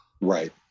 Right